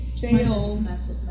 fails